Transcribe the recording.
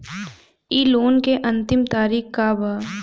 इ लोन के अन्तिम तारीख का बा?